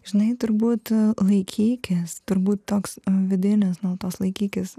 žinai turbūt laikykis turbūt toks vidinis nuolatos laikykis